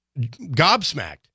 gobsmacked